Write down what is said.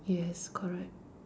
yes correct